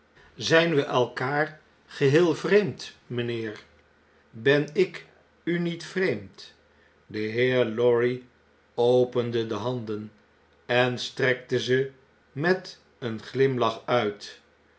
zyn we elkaar geheel vreemd mynheer ben ik u niet vreemd de heer lorry opende de handen en strekte ze met een glimlach uit